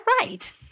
right